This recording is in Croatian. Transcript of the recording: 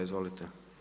Izvolite.